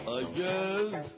again